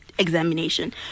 examination